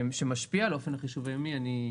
גם כדי ראשית לנהל את התדרים,